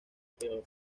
peor